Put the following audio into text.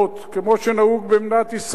כמו שנהוג במדינת ישראל,